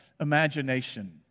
imagination